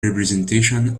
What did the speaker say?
representation